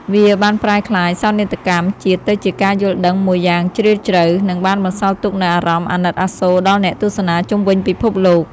វាបានប្រែក្លាយសោកនាដកម្មជាតិទៅជាការយល់ដឹងមួយយ៉ាងជ្រាលជ្រៅ និងបានបន្សល់ទុកនូវអារម្មណ៍អាណិតអាសូរដល់អ្នកទស្សនាជុំវិញពិភពលោក។